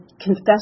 confess